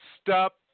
stop